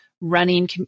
running